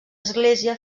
església